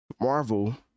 marvel